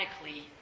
radically